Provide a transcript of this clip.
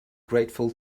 grateful